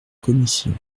commission